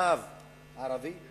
מרחב ערבי,